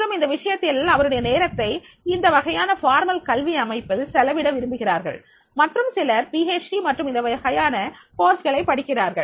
மற்றும் இந்த விஷயத்தில் அவருடைய நேரத்தை இந்த வகையான முறையான கல்வி அமைப்பில் செலவிட விரும்புகிறார்கள் மற்றும் சிலர் ஆய்வு படிப்பு மற்றும் இந்த வகையான பாடங்களை படிக்கிறார்கள்